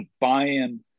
buying